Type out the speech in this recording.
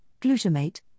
glutamate